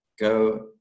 go